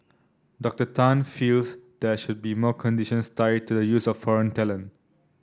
Doctor Tan feels there should more conditions tied to the use of foreign talent